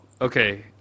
Okay